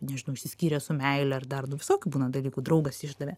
nežinau išsiskyrė su meile ar dar nu visokių būna dalykų draugas išdavė